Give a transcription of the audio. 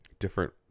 different